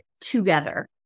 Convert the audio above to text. together